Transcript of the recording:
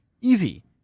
Easy